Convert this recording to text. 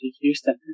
Houston